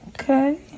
Okay